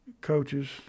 coaches